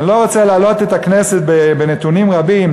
אני לא רוצה להלאות את הכנסת בנתונים רבים,